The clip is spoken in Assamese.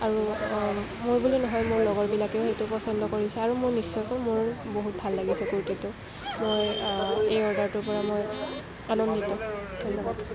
আৰু মই বুলিয়ে নহয় মোৰ লগৰবিলাকেও সেইটো পচন্দ কৰিছে আৰু মোৰ নিশ্চয়কৈ মোৰ বহুত ভাল লাগিছে কুৰ্তীটো মই এই অৰ্ডাৰটোৰপৰা মই আনন্দিত ধন্যবাদ